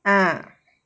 ah